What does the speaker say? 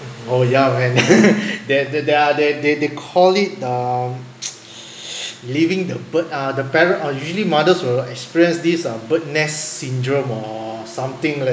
oh yeah when that that they're they they they call it um leaving the bird ah the parent uh usually mothers will experience these uh birds nests syndrome or something like